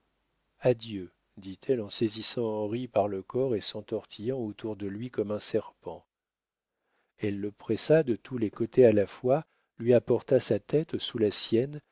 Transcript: adieu dit-elle en saisissant henri par le corps et s'entortillant autour de lui comme un serpent elle le pressa de tous les côtés à la fois lui apporta sa tête sous la sienne